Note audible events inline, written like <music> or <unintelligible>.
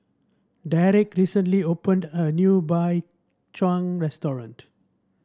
Deric recently opened a new <unintelligible> Chang restaurant